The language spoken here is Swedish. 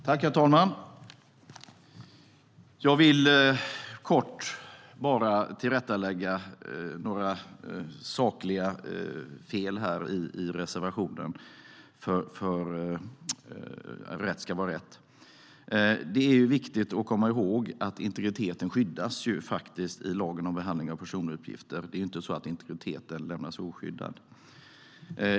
Herr talman! Jag vill kort bara tillrättalägga några sakliga fel i reservationen. Rätt ska vara rätt. Det är viktigt att komma ihåg att integriteten skyddas i lagen om behandling av personuppgifter. Det är inte så att integriteten lämnas oskyddad.